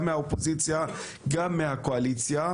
גם מהאופוזיציה וגם מהקואליציה.